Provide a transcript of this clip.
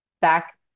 back